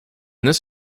this